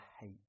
hate